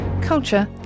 culture